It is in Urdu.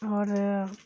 اور